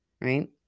right